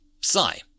Psi